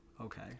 okay